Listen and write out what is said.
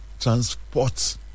transport